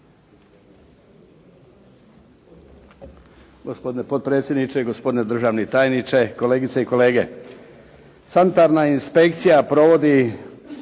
Hvala.